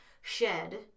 shed